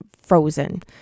frozen